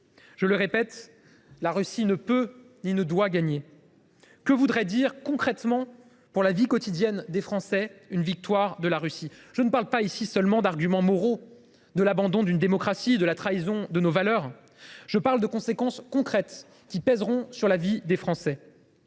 Je le répète, la Russie ne peut ni ne doit gagner. Que voudrait dire concrètement, pour les Français, une victoire de la Russie ? Je ne parle pas seulement d’arguments moraux, de l’abandon d’une démocratie, de la trahison de nos valeurs. Je parle de conséquences concrètes, qui pèseraient sur la vie des Français.